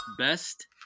best